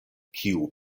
kiu